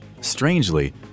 Strangely